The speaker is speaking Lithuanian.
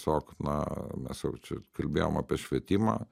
tiesiog na mes jau čia kalbėjom apie švietimą